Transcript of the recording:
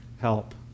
help